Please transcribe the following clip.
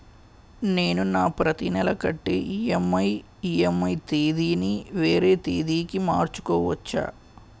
నేను నా ప్రతి నెల కట్టే ఈ.ఎం.ఐ ఈ.ఎం.ఐ తేదీ ని వేరే తేదీ కి మార్చుకోవచ్చా?